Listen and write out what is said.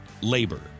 labor